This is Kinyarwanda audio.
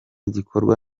gikorwa